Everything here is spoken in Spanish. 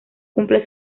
cumple